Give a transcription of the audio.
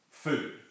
food